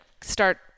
start